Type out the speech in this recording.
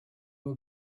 were